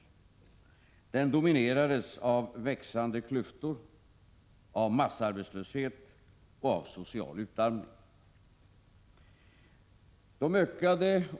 Den dominerades av växande klyftor, av massarbetslöshet och av social utarmning.